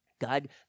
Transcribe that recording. God